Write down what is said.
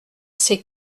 c’est